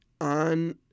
on